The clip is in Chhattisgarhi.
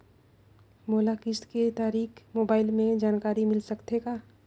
मोला किस्त के तारिक मोबाइल मे जानकारी मिल सकथे का?